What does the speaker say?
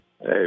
Hey